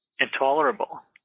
intolerable